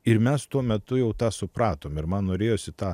ir mes tuo metu jau tą supratom ir man norėjosi tą